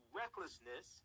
recklessness